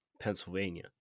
Pennsylvania